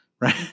right